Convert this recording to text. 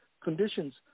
conditions